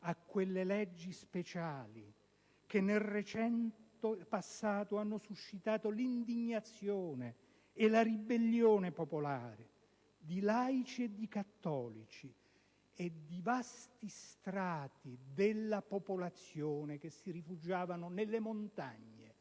a quelle leggi speciali che nel recente passato hanno suscitato l'indignazione e la ribellione popolare di laici e cattolici e di vasti strati della popolazione, che si rifugiavano nelle montagne